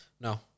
No